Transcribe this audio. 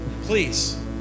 Please